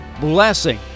blessing